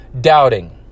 doubting